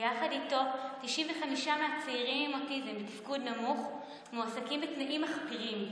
ויחד איתו 95 מהצעירים עם אוטיזם בתפקוד נמוך מועסקים בתנאים מחפירים.